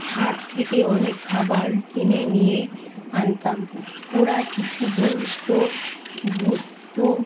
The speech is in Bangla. হাট থেকে অনেক খাবার কিনে নিয়ে আনতাম ওরা কিছু বলতো বুঝতো